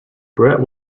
brett